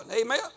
Amen